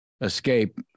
escape